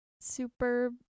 super